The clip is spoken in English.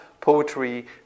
poetry